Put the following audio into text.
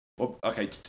Okay